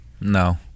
No